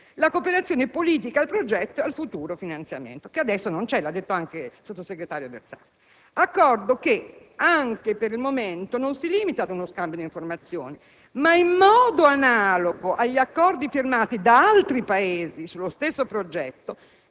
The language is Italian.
la cooperazione politica al progetto e al futuro finanziamento (che adesso non c'è, come ha detto anche il sottosegretario Verzaschi). Accordo che anche per il momento non si limita ad uno scambio di informazioni, ma, in modo analogo agli Accordi firmati da altri Paesi sullo stesso progetto,